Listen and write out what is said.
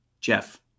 Jeff